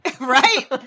Right